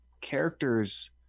characters